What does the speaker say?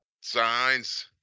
signs